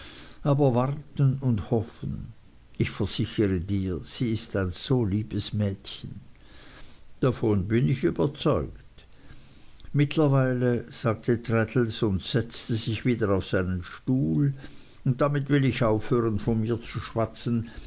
aber warten und hoffen ich versichere dir sie ist ein so liebes mädchen davon bin ich überzeugt mittlerweile sagte traddles und setzte sich wieder auf seinen stuhl und damit will ich aufhören von mir zu schwatzen